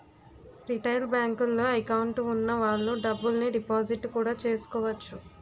retail బేంకుల్లో account వున్న వాళ్ళు డబ్బుల్ని డిపాజిట్టు కూడా చేసుకోవచ్చు